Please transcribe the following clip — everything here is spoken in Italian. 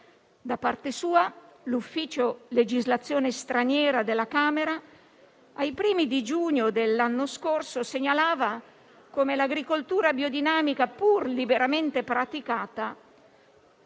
Da parte sua, l'Ufficio legislazione straniera della Camera ai primi di giugno dell'anno scorso segnalava come l'agricoltura biodinamica, pur liberamente praticata,